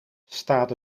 staat